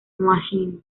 machine